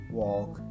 walk